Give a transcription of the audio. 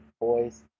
boys